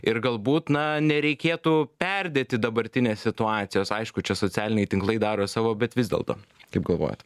ir galbūt na nereikėtų perdėti dabartinės situacijos aišku čia socialiniai tinklai daro savo bet vis dėlto kaip galvojat